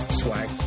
swag